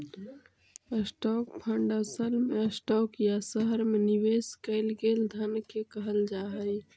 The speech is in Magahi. स्टॉक फंड असल में स्टॉक या शहर में निवेश कैल गेल धन के कहल जा हई